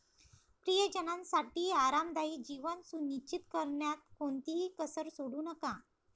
प्रियजनांसाठी आरामदायी जीवन सुनिश्चित करण्यात कोणतीही कसर सोडू नका